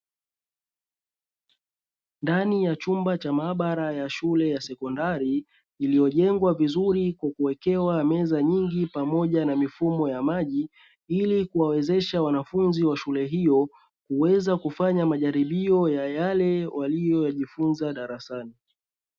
Ndani ya chumba cha maabara ya shule ya sekondari iliyojengwa vizuri kwa kuwekewa meza nyingi pamoja na mifumo ya maji, ili kuwawezesha wanafunzi wa shule hiyo kuweza kufanya majaribio ya yale waliyojifunza darasani.